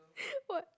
what